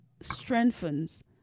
strengthens